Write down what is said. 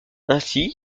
ainsi